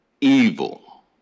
evil